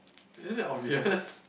isn't it obvious